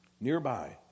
Nearby